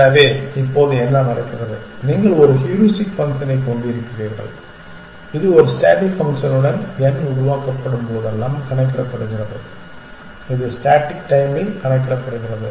எனவே இப்போது என்ன நடக்கிறது நீங்கள் ஒரு ஹூரிஸ்டிக் ஃபங்க்ஷனைக் கொண்டிருக்கிறீர்கள் இது ஒரு ஸ்டேடிக் ஃபங்க்ஷனுடன் n உருவாக்கப்படும் போதெல்லாம் கணக்கிடப்படுகிறது இது ஸ்டேடிக் டைம்மில் கணக்கிடப்படுகிறது